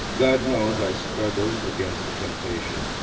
god knows i struggled against the temptation.